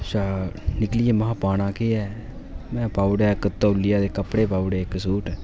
अच्छा निकली गे महां पाना केह् ऐ में पाई ओड़ेआ इक तोलिया ते कपड़े पाई ओड़े इक सूट